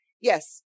yes